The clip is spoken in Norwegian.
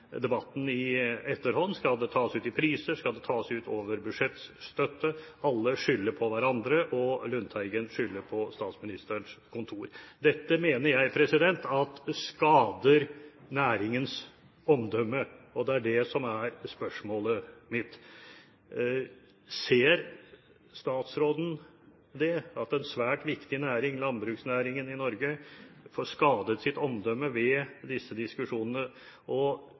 debatten i etterhånd: Skal det tas ut i priser, eller skal det tas ut over budsjettstøtten? Alle skylder på hverandre, og Lundteigen skylder på Statsministerens kontor. Dette mener jeg skader næringens omdømme, og det er dette som da blir spørsmålet mitt: Ser statsråden at en svært viktig næring i Norge, landbruksnæringen, får skadet sitt omdømme ved disse diskusjonene? Og